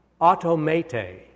Automate